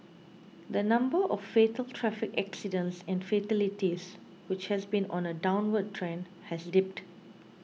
the number of fatal traffic accidents and fatalities which has been on a downward trend has dipped